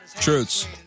Truths